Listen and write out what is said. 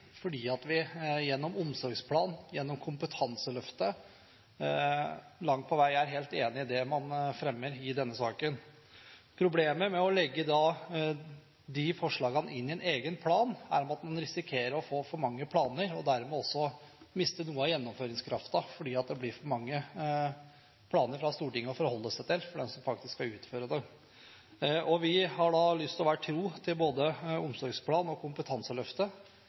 fordi vi gjennom Omsorgsplan 2015 og Kompetanseløftet 2015 langt på vei er helt enig i det man fremmer i denne saken. Problemet med å legge de forslagene inn i en egen plan er at man risikerer å få for mange planer og dermed også mister noe av gjennomføringskraften, for det blir for mange planer fra Stortinget å forholde seg til for dem som faktisk skal utføre dem. Vi har lyst til å være tro mot både Omsorgsplan 2015 og Kompetanseløftet